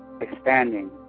expanding